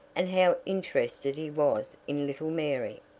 and how interested he was in little mary.